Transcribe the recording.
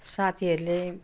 साथीहरूले